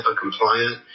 compliant